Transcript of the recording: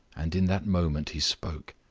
and in that moment he spoke.